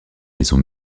maison